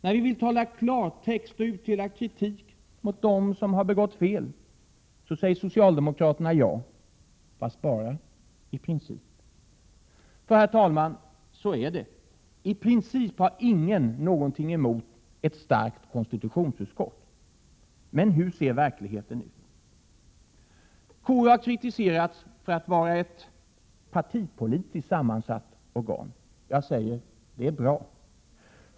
När vi vill tala i klartext och utdela kritik mot dem som har begått fel, så säger socialdemokraterna ja, fast bara i princip. Herr talman, så är det. I princip har ingen något emot ett starkt konstitutionsutskott. Men hur ser vekligheten ut? KU har kritiserats för att vara ett partipolitiskt sammansatt organ. Jag säger: Det är bra.